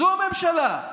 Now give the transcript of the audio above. זו הממשלה,